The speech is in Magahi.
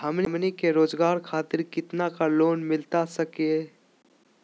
हमनी के रोगजागर खातिर कितना का लोन मिलता सके?